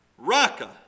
Raka